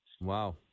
Wow